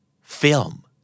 Film